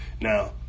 Now